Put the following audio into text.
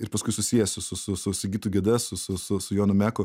ir paskui susiesiu su su su sigitu geda su su su jonu meku